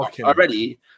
already